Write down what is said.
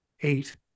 eight